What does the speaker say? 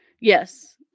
yes